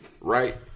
right